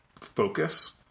focus